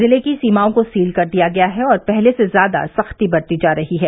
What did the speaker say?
जिले की सीमाओं को सील कर दिया गया है और पहले से ज्यादा सख्ती बरती जा रही है